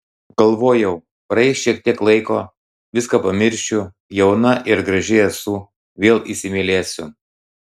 galvojau praeis šiek tiek laiko viską pamiršiu jauna ir graži esu vėl įsimylėsiu